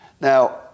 Now